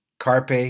Carpe